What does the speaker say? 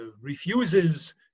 refuses